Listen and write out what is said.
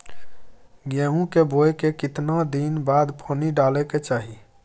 गेहूं के बोय के केतना दिन बाद पानी डालय के चाही?